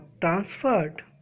transferred